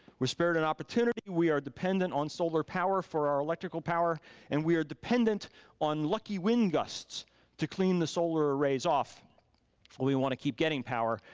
with spirit and opportunity, we are dependent on solar power for our electrical power and we are dependent on lucky wind gusts to clean the solar arrays off if we wanna keep getting power.